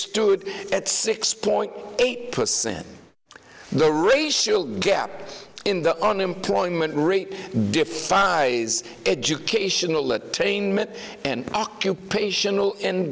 good at six point eight percent the racial gap in the unemployment rate defies educational attainment and occupational end